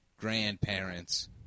grandparents